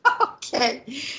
Okay